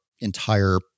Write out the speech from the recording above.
entire